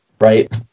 right